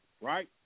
Right